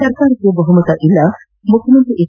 ಸರ್ಕಾರಕ್ಕೆ ಬಹುಮತವಿಲ್ಲ ಮುಖ್ಯಮಂತ್ರಿ ಎಚ್